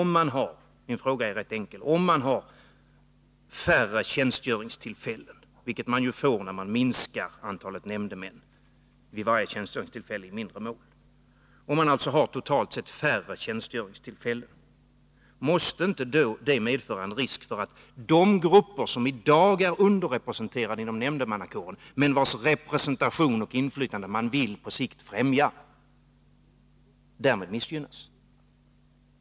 Min fråga är rätt enkel: Om man har färre tjänstgöringstillfällen totalt sett, vilket ju blir följden när antalet nämndemän minskas vid tjänstgöring i mindre mål, måste inte det medföra en risk för att de grupper som i dag är underrepresenterade inom nämndemannakåren men vilkas representation och inflytande man på sikt vill främja därmed missgynnas?